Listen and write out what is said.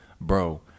bro